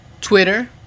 Twitter